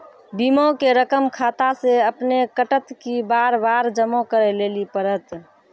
बीमा के रकम खाता से अपने कटत कि बार बार जमा करे लेली पड़त?